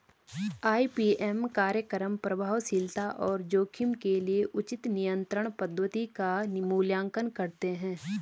IPM कार्यक्रम प्रभावशीलता और जोखिम के लिए उचित नियंत्रण पद्धति का मूल्यांकन करते हैं